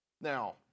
Now